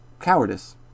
cowardice